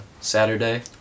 Saturday